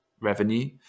revenue